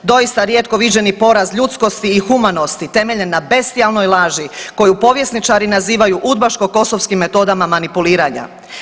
Doista rijetko viđeni poraz ljudskosti i humanosti temeljen na bestijalnoj laži koju povjesničari nazivaju Udbaško-Kosovskim metodama manipuliranja.